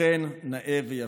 אכן נאה ויפה.